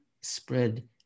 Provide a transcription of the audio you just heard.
spread